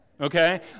Okay